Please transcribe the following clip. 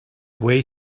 way